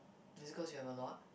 because you have a lot